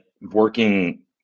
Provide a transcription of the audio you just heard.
working